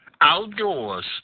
outdoors